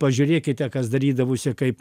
pažiūrėkite kas darydavosi kaip